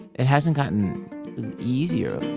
it hasn't gotten easier.